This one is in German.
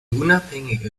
unabhängige